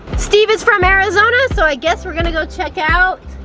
steve is from arizona, so i guess we're gonna go check out.